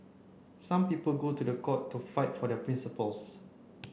some people go to court to fight for their principles